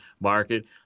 market